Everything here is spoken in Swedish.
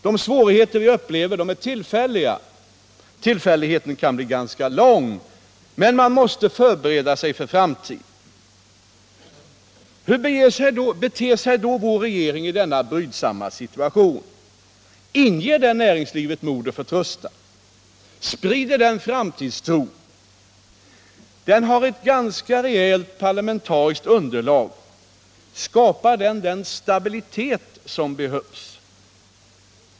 De svårigheter vi upplever är tillfälliga. Tillfälligheten kan bli ganska lång, men man måste förbereda sig för framtiden. Hur beter sig då vår regering i denna brydsamma situation? Inger den näringslivet mod och förtröstan? Sprider den framtidstro? Den har ett ganska rejält parlamentariskt underlag. Skapar detta underlag den stabilitet som behövs?